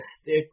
stick